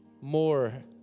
more